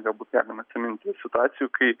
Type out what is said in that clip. galbūt galime atsiminti ir situacijų kai